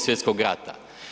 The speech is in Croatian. Svj. rata.